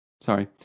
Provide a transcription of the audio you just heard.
Sorry